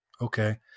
okay